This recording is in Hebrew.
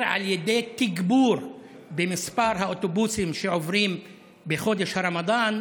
על ידי תגבור מספר האוטובוסים שעוברים בחודש הרמדאן,